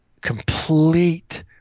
complete